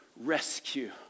rescue